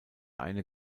eine